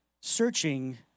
searching